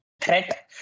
threat